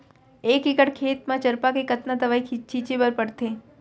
एक एकड़ खेत म चरपा के कतना दवई छिंचे बर पड़थे?